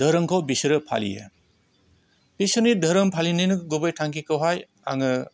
धोरोमखौ बिसोरो फालियो बिसोरनि धोरोम फालिनायनि गुबै थांखिखौहाय आङो